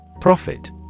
Profit